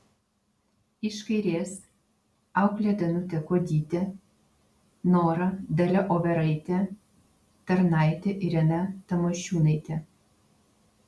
iš kairės auklė danutė kuodytė nora dalia overaitė tarnaitė irena tamošiūnaitė